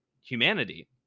humanity